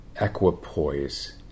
equipoise